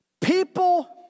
people